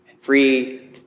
free